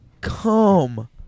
Come